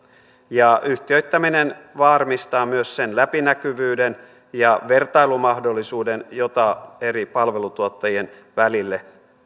ja yhtiöittäminen varmistaa myös sen läpinäkyvyyden ja vertailumahdollisuuden jota eri palveluntuottajien välille